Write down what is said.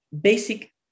basic